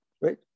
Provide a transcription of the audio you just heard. Right